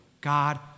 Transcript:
God